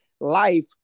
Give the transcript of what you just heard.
life